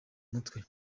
mutwe